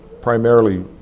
primarily